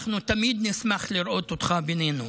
אנחנו תמיד נשמח לראות אותך בינינו.